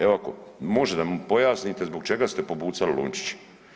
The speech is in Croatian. Evo ako može da mi pojasnite zbog čega ste pobucali lončiće?